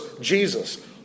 Jesus